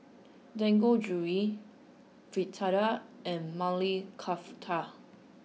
Dangojiru Fritada and Maili Kofta